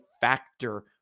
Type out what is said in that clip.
factor